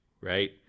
Right